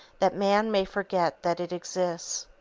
that man may forget that it exists.